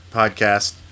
podcast